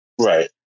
Right